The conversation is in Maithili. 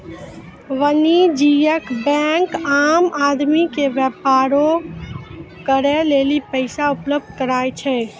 वाणिज्यिक बेंक आम आदमी के व्यापार करे लेली पैसा उपलब्ध कराय छै